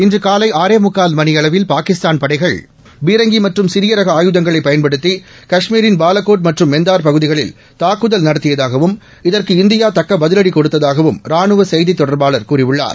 இன்று காலை ஆறே முக்கால் மணியளவில் பாகிஸ்தான் படைகள் பீரங்கி மற்றும் சிறிய ரக ஆயுதங்களைப் பயன்படுத்தி காஷ்மீரின் பாலகோட் மற்றும் மெந்தார் பகுதிகளில் தாக்குதல் நடத்தியதாகவும் இதற்கு இந்தியா தக்க பதிலடி கொடுத்ததாகவும் ராணுவ செய்தித் தொடர்பாளர் கூறியுள்ளார்